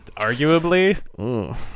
Arguably